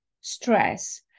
stress